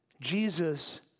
Jesus